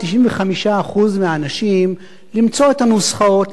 ל-95% מהאנשים למצוא את הנוסחאות,